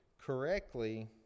correctly